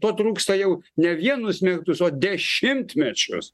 to trūksta jau ne vienus metus o dešimtmečius